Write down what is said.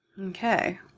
Okay